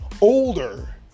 older